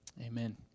Amen